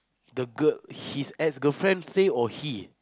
the girl his ask a girlfriend say or he